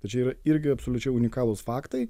tai čia yra irgi absoliučiai unikalūs faktai